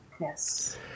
yes